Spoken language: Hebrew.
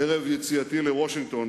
ערב יציאתי לוושינגטון